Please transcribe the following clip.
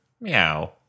meow